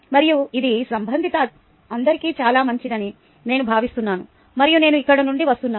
మరియు ఇది సంబంధిత అందరికీ చాలా మంచిదని నేను భావిస్తున్నాను మరియు నేను ఇక్కడ నుండి వస్తున్నాను